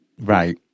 Right